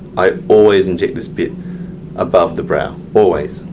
i always inject this bit above the brow, always.